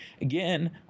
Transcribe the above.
again